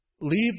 leave